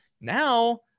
now